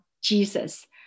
Jesus